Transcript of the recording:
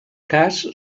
cas